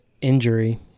injury